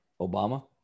Obama